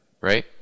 right